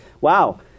Wow